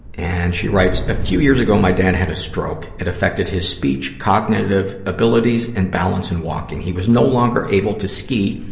and she writes, a few years ago my dad had a stroke. it affected his speech, cognitive abilities, and balance and walking. he was no longer able to ski,